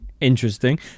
Interesting